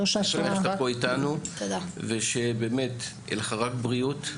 שמח שאתה פה איתנו, ושבאמת תהיה לך רק בריאות,